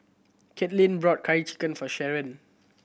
Kathlyn brought Curry Chicken for Sherron